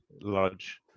large